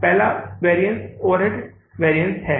पहला variance overhead variance है